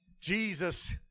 Jesus